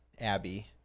Abby